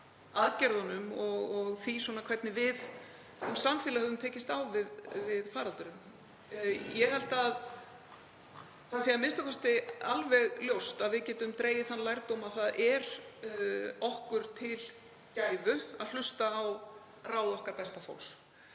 aðgerðunum og því hvernig við sem samfélag höfum tekist á við faraldurinn. Ég held að það sé a.m.k. alveg ljóst að við getum dregið þann lærdóm að það er okkur til gæfu að hlusta á ráð okkar besta fólks.